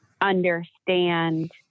understand